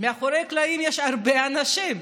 מאחורי הקלעים יש הרבה אנשים,